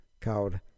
called